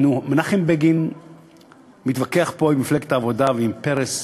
מנחם בגין מתווכח שנים רבות פה עם מפלגת העבודה ועם פרס,